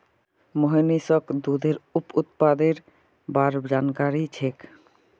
मोहनीशक दूधेर उप उत्पादेर बार जानकारी छेक